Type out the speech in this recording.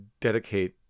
dedicate